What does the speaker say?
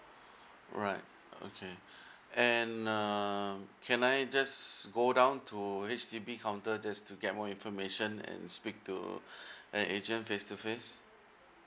alright okay and um can I just go down to H_D_B counter just to get more information and speak to a agent face to face